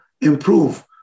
improve